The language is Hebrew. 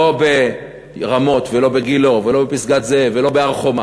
לא ברמות, לא בגילה, לא בפסגת-זאב ולא בהר-חומה.